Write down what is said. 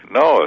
no